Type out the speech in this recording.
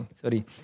Sorry